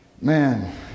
man